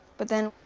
but then,